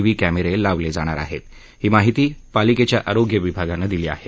V कॅमेरे लावले जाणार आहेत अशी माहिती पालिकेच्या आरोग्य विभागानं दिली आहे